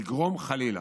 לגרום, חלילה,